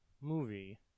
movie